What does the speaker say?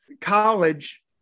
college